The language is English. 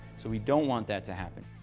so we don't want that to happen.